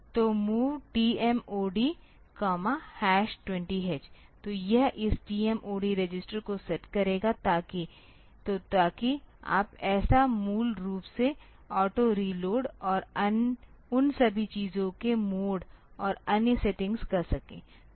तोMOV TMOD20H तो यह इस TMOD रजिस्टर को सेट करेगा तो ताकि आप ऐसा मूल रूप से ऑटो रीलोड और उन सभी चीजों के मोड और अन्य सेटिंग्स कर सकें